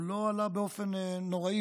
הוא לא עלה באופן נוראי,